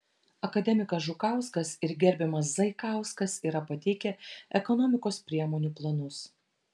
akademikas žukauskas ir gerbiamas zaikauskas yra pateikę ekonomikos priemonių planus